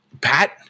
Pat